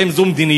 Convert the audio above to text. האם זו מדיניות?